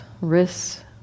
wrists